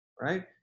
right